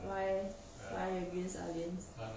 why why against ah lians